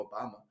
Obama